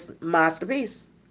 masterpiece